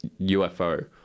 ufo